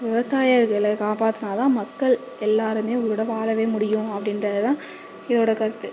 விவசாயிகளை காப்பாத்தினா தான் மக்கள் எல்லோருமே உயிரோடு வாழவே முடியும் அப்படின்றது தான் இதோட கருத்து